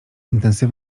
intensy